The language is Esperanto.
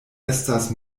estas